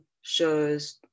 shows